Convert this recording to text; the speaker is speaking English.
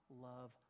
love